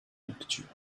nocturne